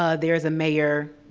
ah there's a mayor,